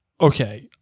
Okay